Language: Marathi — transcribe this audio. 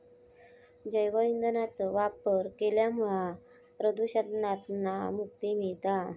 जैव ईंधनाचो वापर केल्यामुळा प्रदुषणातना मुक्ती मिळता